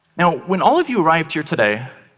now, when all of you arrived here today,